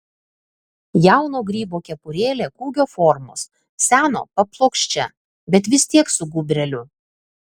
jauno grybo kepurėlė kūgio formos seno paplokščia bet vis tiek su gūbreliu